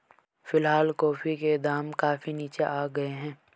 फिलहाल कॉफी के दाम काफी नीचे आ गए हैं